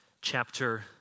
chapter